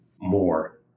more